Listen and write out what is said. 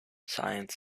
science